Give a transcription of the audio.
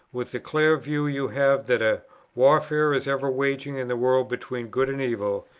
with the clear view you have that a warfare is ever waging in the world between good and evil,